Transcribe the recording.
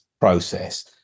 process